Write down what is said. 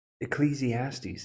Ecclesiastes